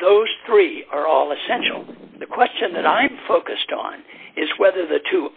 those three are all essential the question that i focused on is whether the two